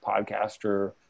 podcaster